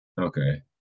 Okay